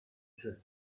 drift